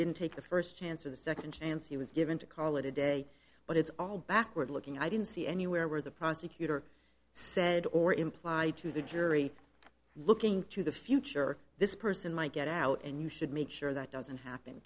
didn't take the first chance or the second chance he was given to call it a day but it's all backward looking i didn't see anywhere where the prosecutor said or implied to the jury looking to the future this person might get out and you should make sure that doesn't happen